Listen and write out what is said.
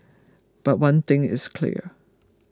but one thing is clear